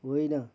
होइन